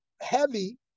heavy